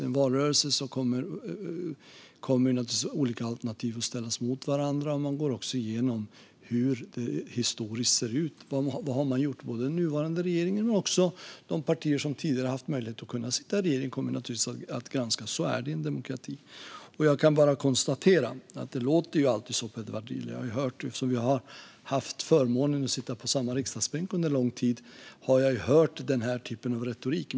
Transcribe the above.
I en valrörelse kommer olika alternativ att ställas mot varandra. Man går också igenom hur det historiskt ser ut och vad man har gjort. Både nuvarande regering och de partier som tidigare har haft möjlighet att sitta i regering kommer naturligtvis att granskas. Så är det i en demokrati. Jag kan bara konstatera hur det alltid låter från Edward Riedl. Eftersom jag har haft förmånen att sitta på samma riksdagsbänk som han under lång tid har jag hört den här typen av retorik.